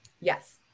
Yes